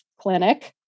clinic